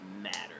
matter